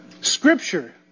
Scripture